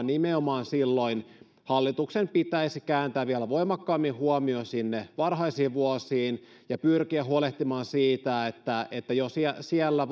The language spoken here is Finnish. nimenomaan silloin hallituksen pitäisi kääntää vielä voimakkaammin huomio sinne varhaisiin vuosiin ja pyrkiä huolehtimaan siitä että että jo siellä siellä